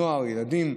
נוער, ילדים,